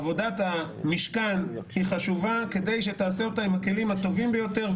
עבודת המשכן היא חשובה כדי שתעשה אותה עם הכלים הטובים ביותר.